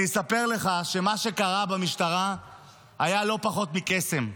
אני אספר לך שמה שקרה במשטרה היה לא פחות מקסם.